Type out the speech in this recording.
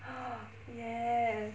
!huh! yes